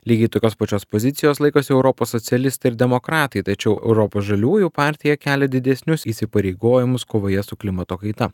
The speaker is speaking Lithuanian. lygiai tokios pačios pozicijos laikosi europos socialistai ir demokratai tačiau europos žaliųjų partija kelia didesnius įsipareigojimus kovoje su klimato kaita